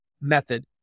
method